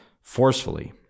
forcefully